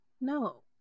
No